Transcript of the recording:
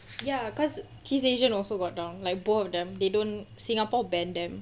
ya cause kiss asian also got down like both of them they don't singapore banned them